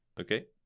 okay